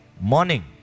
morning